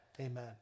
amen